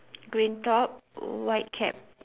green top white cap